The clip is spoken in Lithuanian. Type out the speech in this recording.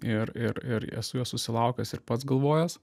ir ir ir esu jo susilaukęs ir pats galvojęs